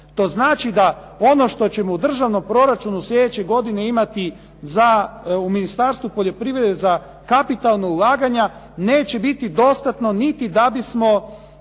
To znači da ono što ćemo u državnom proračunu slijedeće godine imati u Ministarstvu poljoprivrede za kapitalna ulaganja neće biti dostatno niti da bismo